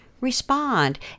respond